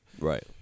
Right